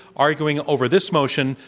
arguing over this motion,